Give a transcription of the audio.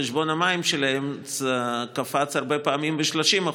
חשבון המים שלהם קפץ הרבה פעמים ב-30%,